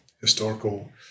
historical